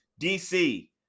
DC